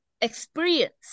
experience